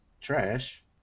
trash